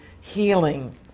healing